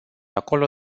acolo